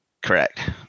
Correct